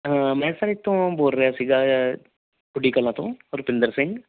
ਮੈਂ ਸਰ ਇੱਥੋਂ ਤੂੰ ਬੋਲ ਰਿਹਾ ਸੀਗਾ ਪੁਡੀ ਕਲਾ ਤੋਂ ਪਰਵਿੰਦਰ ਸਿੰਘ